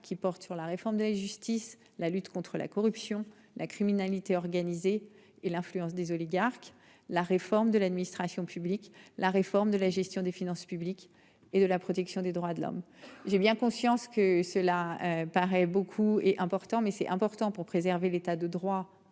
qui porte sur la réforme de la justice, la lutte contre la corruption, la criminalité organisée et l'influence des oligarques. La réforme de l'administration publique, la réforme de la gestion des finances publiques et de la protection des droits de l'homme. J'ai bien conscience que cela paraît beaucoup est important mais c'est important pour préserver l'État de droit